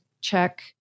check